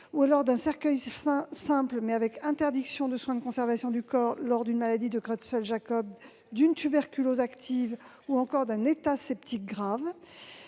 ou dans un cercueil fin simple, mais avec interdiction de soins de conservation du corps lors d'une maladie de Creutzfeldt-Jakob, d'une tuberculose active ou d'un état septique grave.